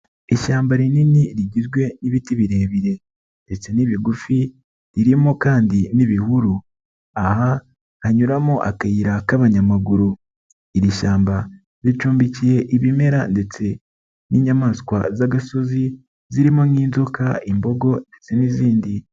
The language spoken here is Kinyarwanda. Ishyamba rinini rigizwe n'ibiti birebire ndetse n'ibigufi, ririmo kandi n'ibihuru, aha hanyuramo akayira k'abanyamaguru, iri shyamba ricumbikiye ibimera ndetse n'inyamaswa z'agasozi zirimo nk'inzoka, imbogo ndetse n'izindi.